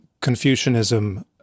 Confucianism